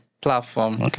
platform